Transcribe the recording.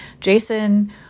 jason